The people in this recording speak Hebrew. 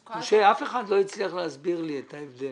משה, אף אחד לא הצליח להסביר לי את ההבדל.